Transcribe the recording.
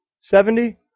Seventy